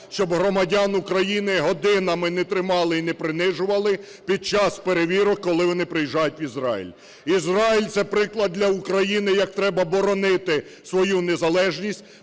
щоб громадян України годинами не тримали і не принижували під час перевірок, коли вони приїжджають в Ізраїль. Ізраїль – це приклад для України, як треба боронити свою незалежність,